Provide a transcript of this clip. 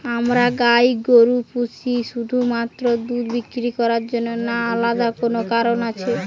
আমরা গাই গরু পুষি শুধুমাত্র দুধ বিক্রি করার জন্য না আলাদা কোনো কারণ আছে?